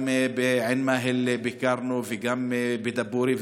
גם בעין מאהל ביקרנו וגם בדבורייה,